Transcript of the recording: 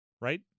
right